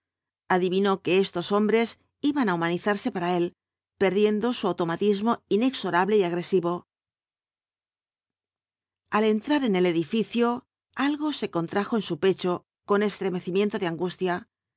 adivinó que estos hombres iban á humanizarse para él perdiendo su automatismo inexorable y agresivo al entrar en el edificio algo se contrajo en su pecho con estremecimientos de angustia vio